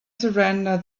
surrender